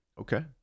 Okay